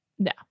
No